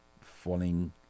falling